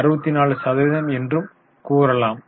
64 சதவீதம் என்றும் கூறலாம்